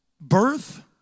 birth